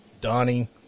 Donnie